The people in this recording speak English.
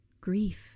grief